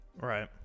Right